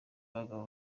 abagabo